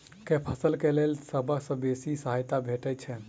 केँ फसल केँ लेल सबसँ बेसी सहायता भेटय छै?